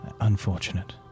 unfortunate